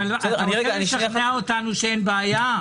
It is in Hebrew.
אתה רוצה לשכנע אותנו שאין בעיה?